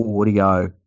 audio